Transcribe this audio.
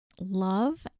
love